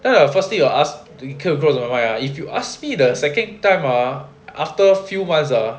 then the first day you ask never mind ah if you ask me the second time ah after few months ah